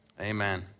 Amen